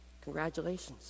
Congratulations